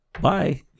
Bye